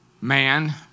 man